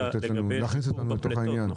להכניס אותנו לתוך העניין.